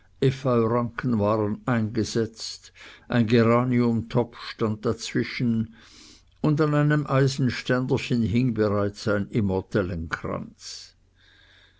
efeuranken waren eingesetzt ein geraniumtopf stand dazwischen und an einem eisenständerchen hing bereits ein immortellenkranz